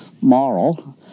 moral